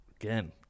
Again